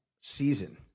season